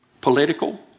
political